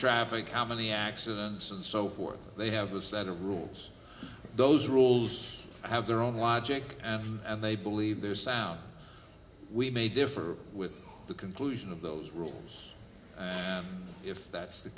traffic how many accidents and so forth they have a set of rules those rules have their own logic and they believe they're sound we may differ with the conclusion of those rules if that's the